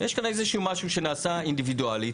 יש כאן איזשהו משהו שנעשה אינדיבידואלית,